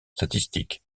statistique